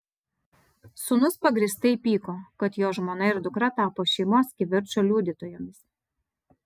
sūnus pagrįstai pyko kad jo žmona ir dukra tapo šeimos kivirčo liudytojomis